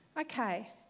Okay